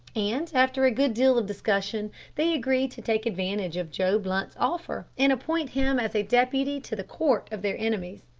and after a good deal of discussion they agreed to take advantage of joe blunt's offer, and appoint him as a deputy to the court of their enemies.